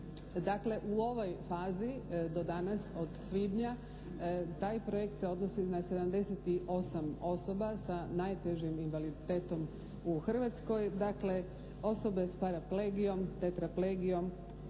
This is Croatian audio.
Dakle, u ovoj fazi do danas od svibnja taj projekt se odnosi na 78 osoba sa najtežim invaliditetom u Hrvatskoj, dakle osobe s paraplegijom, tetraplegijom,